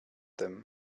them